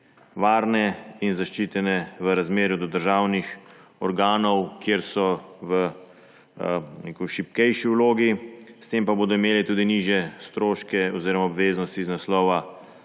varne in zaščitene v razmerju do državnih organov, kjer so v šibkejši vlogi, s tem pa bodo imeli tudi nižje stroške oziroma obveznosti iz naslova